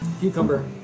Cucumber